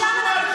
אבל את הממשלה.